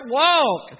walk